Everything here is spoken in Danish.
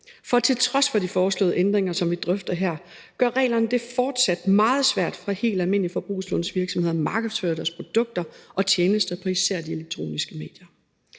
For til trods for de foreslåede ændringer, som vi drøfter her, gør reglerne det fortsat meget svært for helt almindelige forbrugslånsvirksomheder at markedsføre deres produkter og tjenester på især de elektroniske medier.